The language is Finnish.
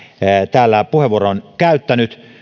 täällä puheenvuoron käyttänyt